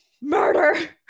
murder